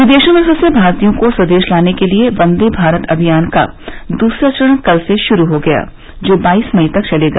विदेशों में फसे भारतीयों को स्वदेश लाने के लिए वंदे भारत अभियान का दूसरा चरण कल से शुरू हो गया जो बाईस मई तक चलेगा